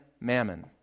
mammon